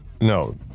no